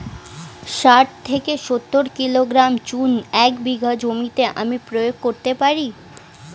শাঠ থেকে সত্তর কিলোগ্রাম চুন এক বিঘা জমিতে আমি প্রয়োগ করতে পারি?